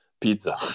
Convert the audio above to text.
pizza